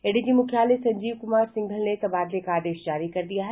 ADG मुख्यालय संजीव कुमार सिंघल ने तबादले का आदेश जारी कर दिया है